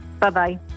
Bye-bye